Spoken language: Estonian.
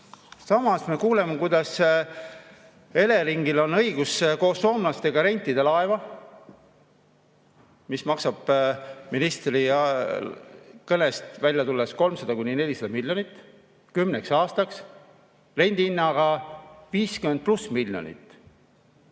Samas me kuuleme, kuidas Eleringil on õigus koos soomlastega rentida laeva, mis maksab, nagu ministri kõnest välja tuli, 300–400 miljonit, kümneks aastaks rendihinnaga 50+ miljonit.